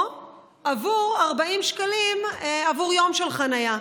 או 40 שקלים עבור יום של חניה.